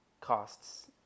costs